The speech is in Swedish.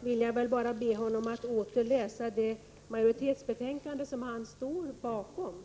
vill jag be honom att åter läsa utskottsmajoritetens skrivning i betänkandet, som han står bakom.